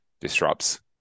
disrupts